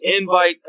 invite